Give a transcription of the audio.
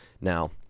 Now